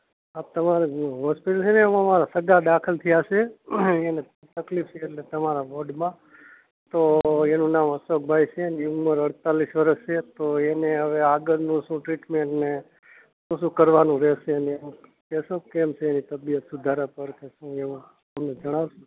આ તમારી જે હોસ્પિટલ છેને એમાં મારા સગા દાખલ થયા છે એને તકલીફ છે એટલે તમારા વોર્ડમાં તો એનું નામ અશોકભાઈ છે એમની ઉંમર અડતાલીસ વર્ષ છે તો એને હવે આગળનું શું ટ્રીટમેન્ટને શું શું કરવાનું રહેશે ને એવું કહેશો કેમ છે એની તબિયત સુધારા પર કે શું એવું અમને જણાવશો